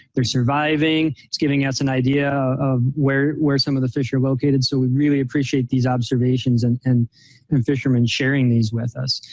they're surviving. it's giving us an idea of where where some of the fish are located. so we really appreciate these observations and and and fishermen sharing these with us.